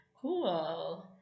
Cool